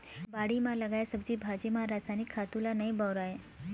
बाड़ी म लगाए सब्जी भाजी म रसायनिक खातू ल नइ बउरय